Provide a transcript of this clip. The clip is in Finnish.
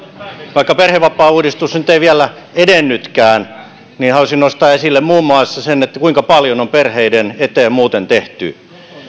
vaikka perhevapaauudistus nyt ei vielä edennytkään niin haluaisin nostaa esille muun muassa sen kuinka paljon on perheiden eteen muuten tehty